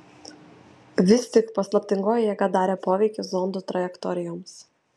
vis tik paslaptingoji jėga darė poveikį zondų trajektorijoms